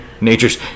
nature's